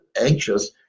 anxious